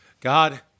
God